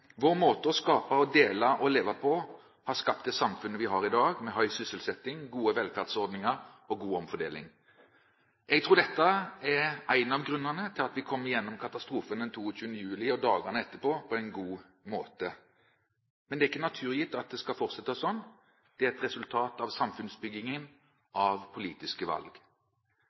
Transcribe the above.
Vår måte å skape og dele og leve på har skapt det samfunnet vi har i dag, med høy sysselsetting, gode velferdsordninger og god omfordeling. Jeg tror dette er en av grunnene til at vi kom igjennom katastrofen den 22. juli og dagene etterpå på en god måte. Men det er ikke naturgitt at det skal fortsette sånn. Det er et resultat av samfunnsbyggingen, av politiske valg.